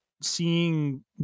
seeing